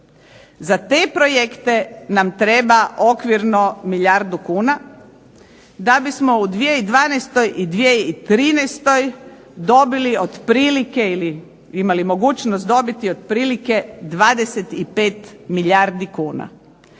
Za te projekte nam treba okvirno milijardu kuna da bismo u 2012. i 2013. dobili otprilike ili imali mogućnost dobiti otprilike 25 milijardi kuna.